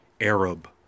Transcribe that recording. Arab